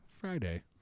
Friday